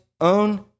own